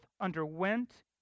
underwent